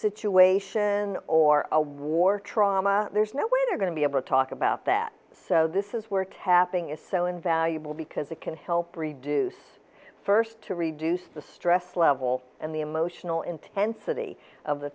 situation or a war trauma there's no way they're going to be able to talk about that so this is where tapping is so invaluable because it can help reduce first to reduce the stress level and the emotional intensity of the